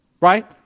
right